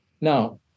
Now